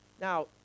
Now